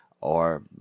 Or